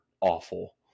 awful